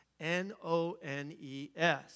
N-O-N-E-S